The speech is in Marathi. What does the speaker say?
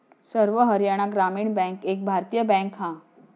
सर्व हरयाणा ग्रामीण बॅन्क एक भारतीय बॅन्क हा